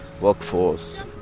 workforce